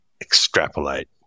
extrapolate